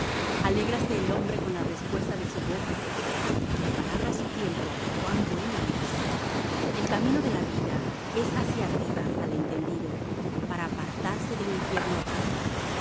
alégrase el hombre con la respuesta de su boca y la palabra á su tiempo cuán buena es el camino de la vida es hacia arriba al entendido para apartarse del infierno abajo